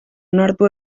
onartu